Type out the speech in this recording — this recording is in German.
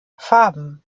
farben